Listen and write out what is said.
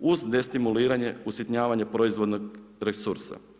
uz destimuliranje, usitnjavanje proizvodnog resursa.